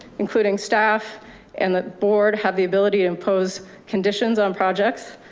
including staff and the board have the ability to impose conditions on projects.